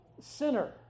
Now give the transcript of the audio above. Sinner